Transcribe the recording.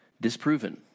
disproven